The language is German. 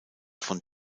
von